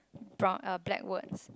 brown uh black words